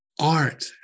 art